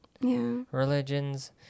religions